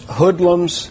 hoodlums